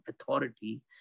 authority